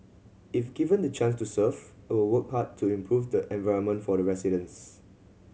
if given the chance to serve I will work hard to improve the environment for the residents